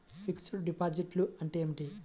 Fixed డిపాజిట్లు అంటే ఏమిటి?